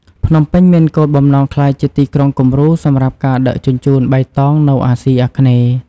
ភ្នំពេញមានគោលបំណងក្លាយជាទីក្រុងគំរូសម្រាប់ការដឹកជញ្ជូនបៃតងនៅអាស៊ីអាគ្នេយ៍។